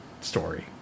story